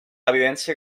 evidència